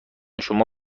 شما